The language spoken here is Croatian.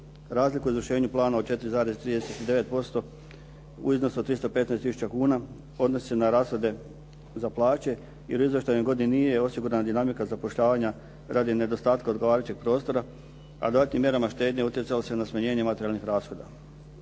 Razliku u izvršenju plana od 4,39% u iznosu od 315 tisuća kuna odnosi se na rashode za plaće, jer u izvještajnoj godini nije osigurana dinamika zapošljavanja radi nedostatka odgovarajućeg prostora, a datim mjerama štednje utjecalo se na smanjenje materijalnih rashoda.